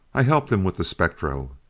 i helped him with the spectro.